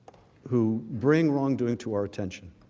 who bring wrongdoing to our attention